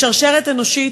בשרשרת אנושית,